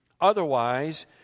Otherwise